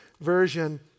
version